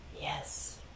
Yes